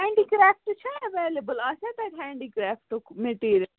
handicraft چھےٚ available آسیٛا تَتہِ ہینٛڈِکرٛافٹُک میٚٹیٖر